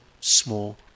small